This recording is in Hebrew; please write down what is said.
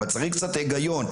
אבל צריך קצת היגיון.